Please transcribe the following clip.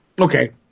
Okay